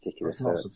particular